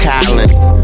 Collins